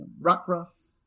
Rockruff